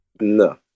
No